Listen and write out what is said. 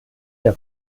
der